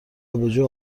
آبجو